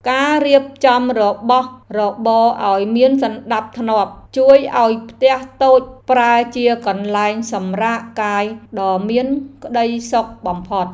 ការរៀបចំរបស់របរឱ្យមានសណ្តាប់ធ្នាប់ជួយឱ្យផ្ទះតូចប្រែជាកន្លែងសម្រាកកាយដ៏មានក្តីសុខបំផុត។